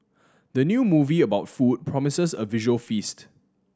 the new movie about food promises a visual feast